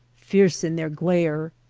fierce in their glare.